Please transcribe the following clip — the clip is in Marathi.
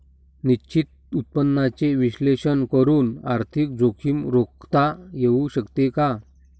निश्चित उत्पन्नाचे विश्लेषण करून आर्थिक जोखीम रोखता येऊ शकते का?